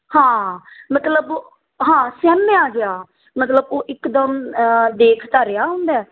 ਹਾਂ ਮਤਲਬ ਹਾਂ ਸਹਿਮਿਆ ਜਿਹਾ ਮਤਲਬ ਉਹ ਇਕਦਮ ਦੇਖ ਤਾਂ ਰਿਹਾ ਹੁੰਦਾ